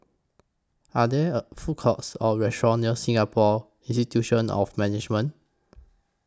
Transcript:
Are There A Food Courts Or restaurants near Singapore Institute of Management